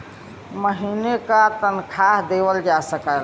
महीने का तनखा देवल जा सकला